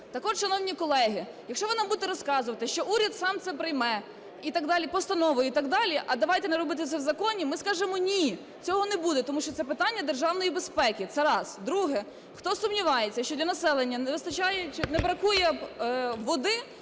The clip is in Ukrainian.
Так от, шановні колеги, якщо ви нам будете розказувати, що уряд сам це прийме і так далі, постановою і так далі, а давайте не робити це в законі, ми скажемо, ні, цього не буде, тому що це питання державної безпеки. Це раз. Друге. Хто сумнівається, що для населення не вистачає...